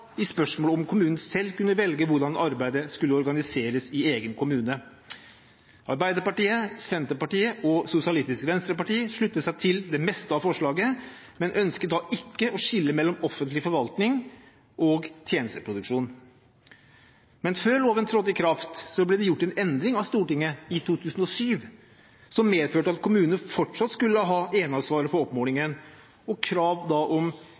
i spørsmålet om kommunen selv kunne velge hvordan arbeidet skulle organiseres i egen kommune. Arbeiderpartiet, Senterpartiet og Sosialistisk Venstreparti sluttet seg til det meste av forslaget, men ønsket ikke å skille mellom offentlig forvaltning og tjenesteproduksjon. Men før loven trådte i kraft, ble det gjort en endring av Stortinget i 2007 som medførte at kommunene fortsatt skulle ha eneansvaret for oppmålingen, og krav om